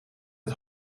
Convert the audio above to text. het